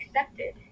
accepted